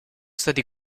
stati